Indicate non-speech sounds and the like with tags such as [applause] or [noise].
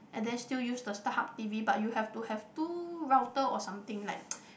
and then still use the Starhub t_v but you have to have two router or something like [noise]